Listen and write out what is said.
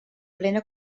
plena